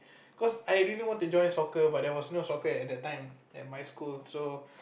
cause I really want to join soccer but there was no soccer at at that time at my school so